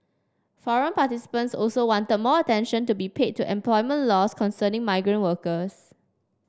forum participants also wanted more attention to be paid to employment laws concerning migrant workers